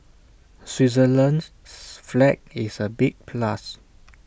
Switzerland's flag is A big plus